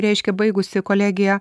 reiškia baigusi kolegiją